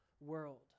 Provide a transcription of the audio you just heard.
world